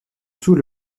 sous